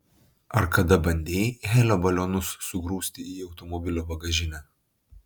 ar kada bandei helio balionus sugrūsti į automobilio bagažinę